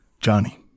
Johnny